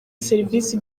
serivisi